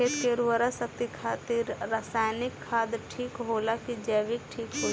खेत के उरवरा शक्ति खातिर रसायानिक खाद ठीक होला कि जैविक़ ठीक होई?